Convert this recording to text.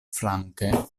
flanke